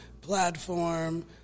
platform